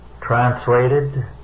translated